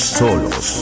solos